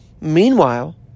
meanwhile